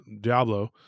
Diablo